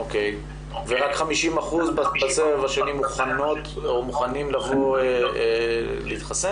אוקי, ורק 50% מוכנות ומוכנים לבוא להתחסן?